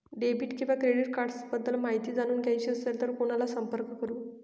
Debit किंवा credit cards बद्दल माहिती जाणून घ्यायची असेल तर कोणाला संपर्क करु?